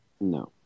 No